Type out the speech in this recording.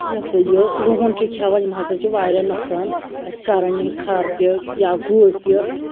یہِ ہَسا یہِ رُہُن چھِ کھیٚوان یم ہَسا چھِ واریاہ نۅقصان اَسہِ کَران یم کھَر تہِ یا گُرۍ تہِ